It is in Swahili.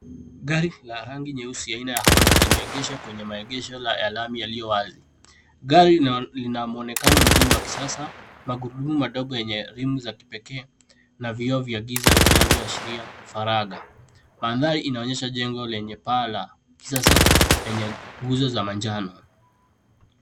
Gari la rangi nyeusi aina ya Honda limeegeshwa kwenye maegesho ya lami yaliyo wazi. Gari lina mwonekano mzuri wa kisasa , magurudumu madogo yenye rimu za kipekee na vioo vya giza vinavyoashiria faragha. Mandhari inaonyesha jengo lenye paa la kisasa lenye nguzo za manjano.